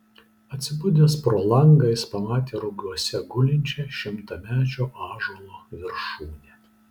atsibudęs pro langą jis pamatė rugiuose gulinčią šimtamečio ąžuolo viršūnę